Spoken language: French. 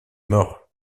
mort